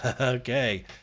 Okay